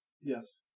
yes